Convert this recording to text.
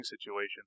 situation